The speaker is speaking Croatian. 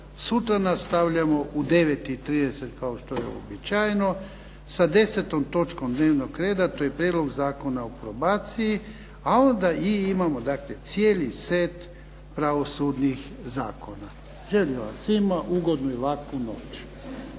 Sutra nastavljamo u 9 i 30 kao što je uobičajeno, sa 10. točkom dnevnog reda, to je Prijedlog Zakona o probaciji, a onda i imamo dakle cijeli set pravosudnih zakona. Želim vam svima ugodnu i laku noć.